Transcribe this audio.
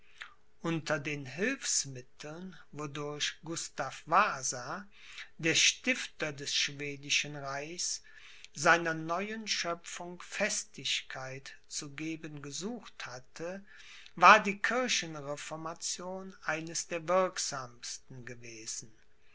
unter den hilfsmitteln wodurch gustav wasa der stifter des schwedischen reichs seiner neuen schöpfung festigkeit zu geben gesucht hatte war die kirchenreformation eines der wirksamsten gewesen